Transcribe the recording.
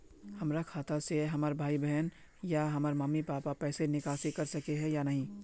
हमरा खाता से हमर भाई बहन या हमर मम्मी पापा पैसा निकासी कर सके है या नहीं?